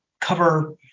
cover